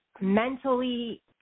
mentally